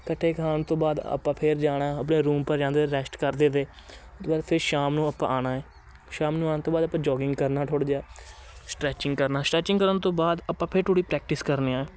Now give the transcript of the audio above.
ਇਕੱਠੇ ਖਾਣ ਤੋਂ ਬਾਅਦ ਆਪਾਂ ਫਿਰ ਜਾਣਾ ਆਪਣੇ ਰੂਮ ਪਰ ਜਾਂਦੇ ਰੈਸਟ ਕਰਦੇ ਤੇ ਉਹ ਤੋਂ ਬਾਅਦ ਫਿਰ ਸ਼ਾਮ ਨੂੰ ਆਪਾਂ ਆਉਣਾ ਹੈ ਸ਼ਾਮ ਨੂੰ ਆਉਣ ਤੋਂ ਬਾਅਦ ਆਪਾਂ ਜੋਗਿੰਗ ਕਰਨਾ ਥੋੜ੍ਹਾ ਜਿਹਾ ਸਟਰੈਚਿੰਗ ਕਰਨਾ ਸਟਰੈਚਿੰਗ ਕਰਨ ਤੋਂ ਬਾਅਦ ਆਪਾਂ ਫਿਰ ਥੋੜ੍ਹੀ ਪ੍ਰੈਕਟਿਸ ਕਰਨੀ ਆ